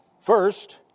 First